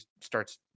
starts